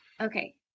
Okay